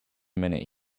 minute